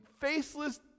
faceless